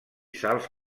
salts